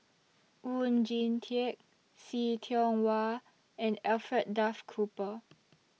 Oon Jin Teik See Tiong Wah and Alfred Duff Cooper